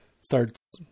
starts